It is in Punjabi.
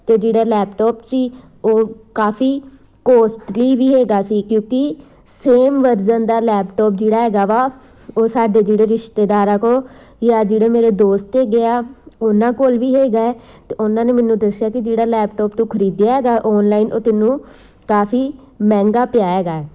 ਅਤੇ ਜਿਹੜਾ ਲੈਪਟੋਪ ਸੀ ਉਹ ਕਾਫ਼ੀ ਕੋਸਟਲੀ ਵੀ ਹੈਗਾ ਸੀ ਕਿਉਂਕਿ ਸੇਮ ਵਰਜ਼ਨ ਦਾ ਲੈਪਟੋਪ ਜਿਹੜਾ ਹੈਗਾ ਵਾ ਉਹ ਸਾਡੇ ਜਿਹੜੇ ਰਿਸ਼ਤੇਦਾਰਾਂ ਕੋਲ ਜਾਂ ਜਿਹੜੇ ਮੇਰੇ ਦੋਸਤ ਹੈਗੇ ਆ ਉਹਨਾਂ ਕੋਲ ਵੀ ਹੈਗਾ ਹੈ ਅਤੇ ਉਹਨਾਂ ਨੇ ਮੈਨੂੰ ਦੱਸਿਆ ਕਿ ਜਿਹੜਾ ਲੈਪਟੋਪ ਤੂੰ ਖਰੀਦਿਆ ਹੈਗਾ ਔਨਲਾਈਨ ਉਹ ਤੈਨੂੰ ਕਾਫ਼ੀ ਮਹਿੰਗਾ ਪਿਆ ਹੈਗਾ